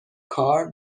کار